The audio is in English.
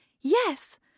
Yes